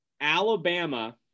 alabama